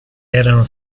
erano